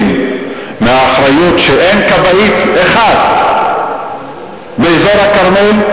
מהאחריות שאין לכך כבאית אחת באזור הכרמל,